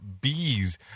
bees